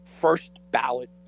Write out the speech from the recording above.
first-ballot